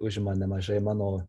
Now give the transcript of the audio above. užima nemažai mano